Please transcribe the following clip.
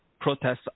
protests